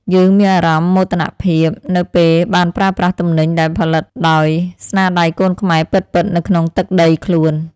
យើងមានអារម្មណ៍មោទនភាពនៅពេលបានប្រើប្រាស់ទំនិញដែលផលិតដោយស្នាដៃកូនខ្មែរពិតៗនៅក្នុងទឹកដីខ្លួន។